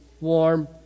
warm